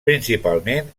principalment